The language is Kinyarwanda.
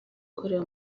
akorera